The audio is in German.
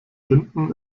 hinten